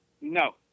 No